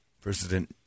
President